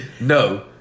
No